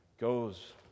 goes